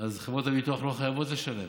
אז חברות הביטוח לא חייבות לשלם,